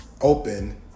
open